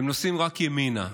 הם נוסעים רק ימינה,